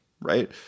right